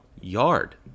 yard